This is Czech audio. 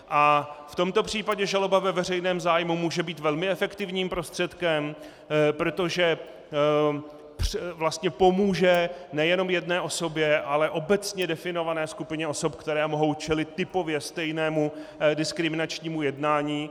V tomto případě žaloba ve veřejném zájmu může být velmi efektivním prostředkem, protože pomůže nejenom jedné osobně, ale obecně definované skupině osob, které mohou čelit typově stejnému diskriminačnímu jednání.